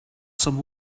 some